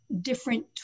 different